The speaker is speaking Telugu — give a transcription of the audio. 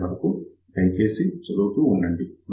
అప్పటివరకు దయచేసి చదువుతూ ఉండండి